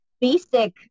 basic